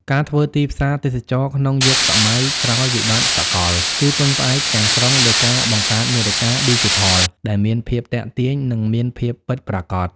ការធ្វើទីផ្សារទេសចរណ៍ក្នុងយុគសម័យក្រោយវិបត្តិសកល គឺពឹងផ្អែកទាំងស្រុងលើការបង្កើតមាតិកាឌីជីថលដែលមានភាពទាក់ទាញ និងមានភាពពិតប្រាកដ។